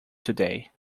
today